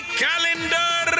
calendar